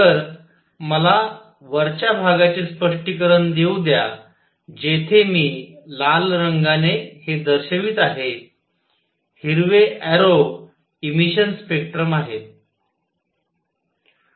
तर मला वरच्या भागाचे स्पष्टीकरण देऊ द्या जेथे मी लाल रंगाने हे दर्शवित आहे हिरवे एरो इमिशन स्पेक्ट्रम आहे